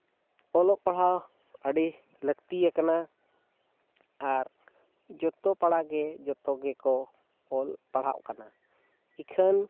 ᱚᱞᱚᱜ ᱯᱟᱲᱦᱟᱣ ᱟᱹᱰᱤ ᱞᱟᱹᱠᱛᱤᱭ ᱠᱟᱱᱟ ᱟᱨ ᱡᱚᱛᱚ ᱯᱟᱲᱟ ᱜᱮ ᱡᱚᱛᱚ ᱜᱮᱠᱚ ᱚᱞ ᱯᱟᱲᱦᱟᱜ ᱠᱟᱱᱟ ᱮᱠᱷᱟᱹᱱ